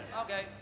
Okay